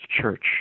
Church